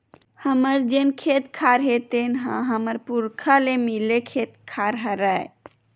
हमर जेन खेत खार हे तेन ह हमर पुरखा ले मिले खेत खार हरय